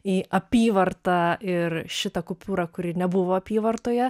į apyvartą ir šitą kupiūrą kuri nebuvo apyvartoje